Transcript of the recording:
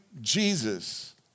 Jesus